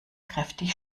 kräftig